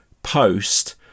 post